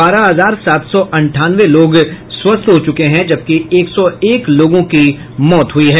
बारह हजार सात सौ अंठानवे लोग स्वस्थ हो चुके हैं जबकि एक सौ एक लोगों की मौत हुई है